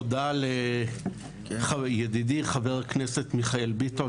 תודה לך על הדיון הזה ידידי חבר כנסת מיכאל ביטון,